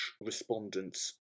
respondents